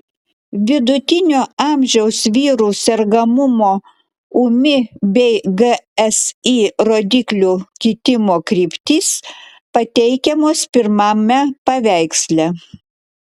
vidutinio amžiaus vyrų sergamumo ūmi bei gsi rodiklių kitimo kryptys pateikiamos pirmame paveiksle